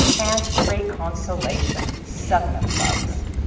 and great consolation seven of clubs.